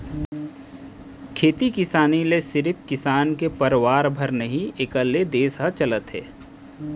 खेती किसानी ले सिरिफ किसान के परवार भर नही एकर ले देस ह चलत हे